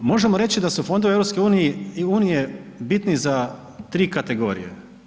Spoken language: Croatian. Možemo reći da su fondovi EU bitni za tri kategorije.